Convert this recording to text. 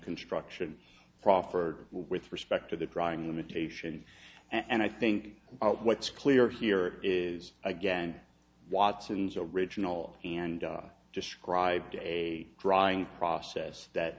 construction proffered with respect to the prying limitation and i think what's clear here is again watson's original and described a drying process that